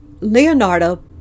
Leonardo